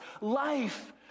life